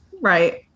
Right